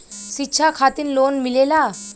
शिक्षा खातिन लोन मिलेला?